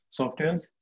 softwares